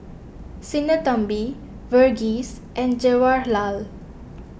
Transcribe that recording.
Sinnathamby Verghese and Jawaharlal